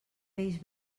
peix